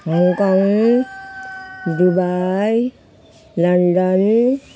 Hong Kong Dubai London